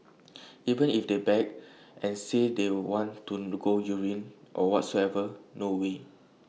even if they beg and say they want to go urine or whatsoever no way